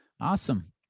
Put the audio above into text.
Awesome